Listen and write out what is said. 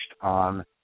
on